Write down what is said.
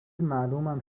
معلومم